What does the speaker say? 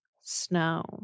Snow